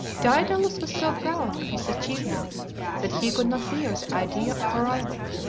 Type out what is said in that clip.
daedalus was so proud of his achievements that he could not bear the idea of a rival.